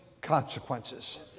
consequences